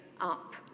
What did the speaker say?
up